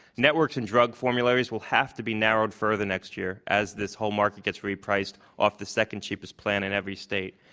networks and drug formulators will have to be narrowed further next year as this whole market gets repriced off the second cheapest plan in every state.